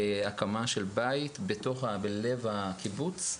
הקמה של בית בלב הקיבוץ.